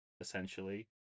essentially